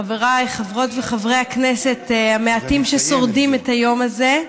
חברי חברות וחברי הכנסת המעטים ששורדים את היום הזה,